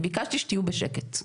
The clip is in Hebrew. אני ביקשתי שתהיו בשקט.